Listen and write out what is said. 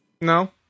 No